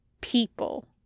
people